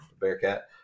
Bearcat